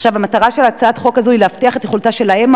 המטרה של הצעת החוק הזאת היא להבטיח את יכולתה של האם